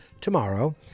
tomorrow